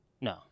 No